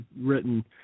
written